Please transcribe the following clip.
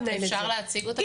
--- אפשר להציג אותם?